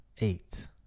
eight